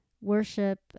worship